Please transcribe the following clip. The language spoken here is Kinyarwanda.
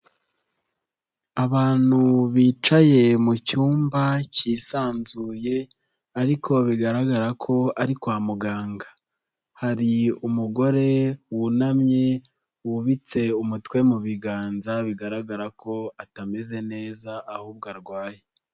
Abantu bicaye mu cyumba cyisanzuye ariko bigaragara ko ari kwa muganga, hari umugore wunamye wubitse umutwe mu biganza bigaragara ko atameze neza ahubwo arwaye.